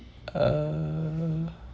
uh